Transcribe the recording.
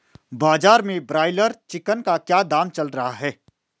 बाजार में broiler chicken का क्या दाम चल रहा है?